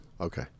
Okay